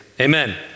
amen